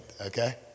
okay